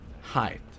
height